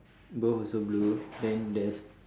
both also blue then there's